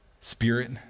spirit